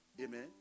Amen